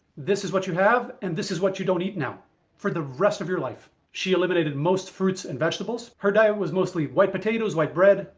this is what you have and this is what you don't eat now for the rest of your life. she eliminated most fruits and vegetables, her diet was mostly white potatoes, white bread,